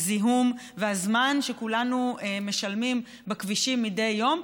הזיהום והזמן שכולנו משלמים בכבישים מדי יום,